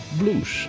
blues